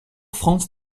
france